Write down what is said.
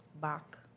back